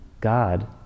God